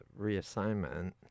reassignment